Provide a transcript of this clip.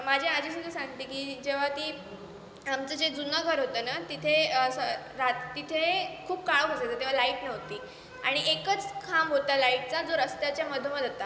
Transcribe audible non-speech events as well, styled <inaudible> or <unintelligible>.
माझी आजी <unintelligible> सांगते की जेव्हा ती आमचं जे जुनं घर होतं ना तिथे असं रा तिथे खूप काळोख असायचा तेव्हा लाईट नव्हती आणि एकच खांब होता लाईटचा जो रस्त्याच्या मधोमध होता